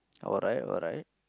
alright alright